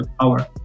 power